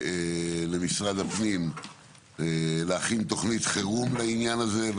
למשרד הפנים להכין תוכנית חירום לעניין הזה.